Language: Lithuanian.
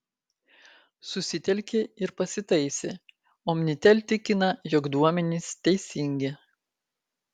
susitelkė ir pasitaisė omnitel tikina jog duomenys teisingi